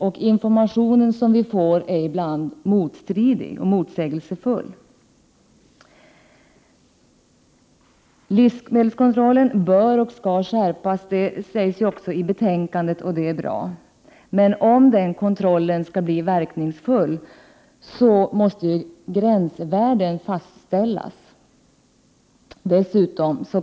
Den information vi får är ibland motstridig och motsägelsefull. Livsmedelskontrollen bör och skall skärpas. Det sägs också i betänkandet, och det är bra. Men om den kontrollen skall bli verkningsfull måste ju gränsvärden fastställas.